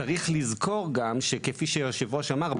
צריך לזכור גם שכפי שהיושב-ראש אמר,